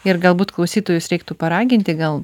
ir galbūt klausytojus reiktų paraginti gal